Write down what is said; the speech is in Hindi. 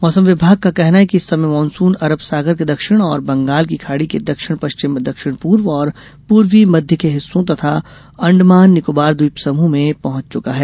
मौसम विभाग का कहना है कि इस समय मॉनसून अरब सागर के दक्षिण और बंगाल की खाड़ी के दक्षिण पश्चिम दक्षिण पूर्व और पूर्वी मध्य के हिस्सों तथा अंडमान निकोबार द्वीप समूह में पहुंच चुका है